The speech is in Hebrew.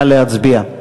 נא להצביע.